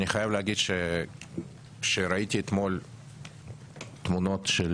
אני חייב להגיד שראיתי אתמול את התמונות של